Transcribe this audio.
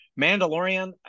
Mandalorian –